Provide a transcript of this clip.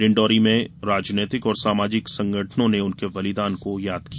डिण्डौरी में राजनैतिक और सामाजिक संगठनों ने उनके बलिदान को याद किया